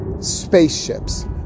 spaceships